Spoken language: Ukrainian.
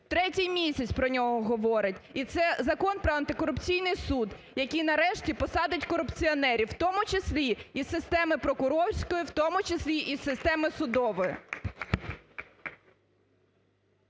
третій місяць про нього говорить, і це Закон про Антикорупційний суд, який нарешті посадить корупціонерів, у тому числі і з системи прокурорської, в тому числі і з системи судової.